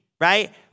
right